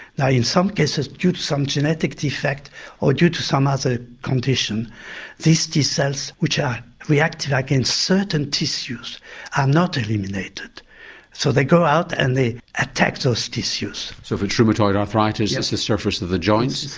now in some cases due to some genetic defect or due to some other condition these t cells which are reactive against certain tissues are not eliminated so they go out and they attack those tissues. so if it's rheumatoid arthritis it's the surface of the joints.